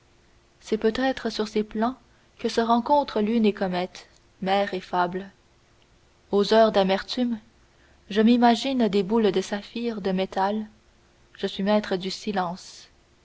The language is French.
c'est peut-être sur ces plans que se rencontrent lunes et comètes mers et fables aux heures d'amertume je m'imagine des boules de saphir de métal je suis maître du silence